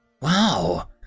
wow